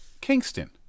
Kingston